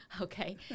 Okay